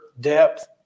depth